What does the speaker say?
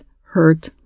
hurt